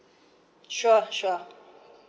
sure sure